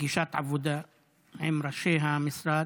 לפגישת עבודה עם ראשי המשרד.